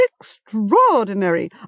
extraordinary